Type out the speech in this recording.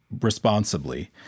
Responsibly